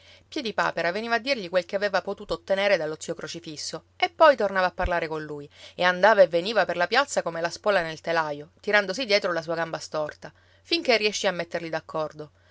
sì piedipapera veniva a dirgli quel che aveva potuto ottenere dallo zio crocifisso e poi tornava a parlare con lui e andava e veniva per la piazza come la spola nel telaio tirandosi dietro la sua gamba storta finché riescì a metterli